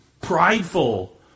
prideful